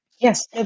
yes